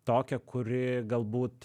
tokią kuri galbūt